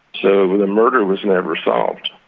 so the murder was never solved.